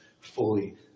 fully